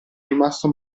rimasto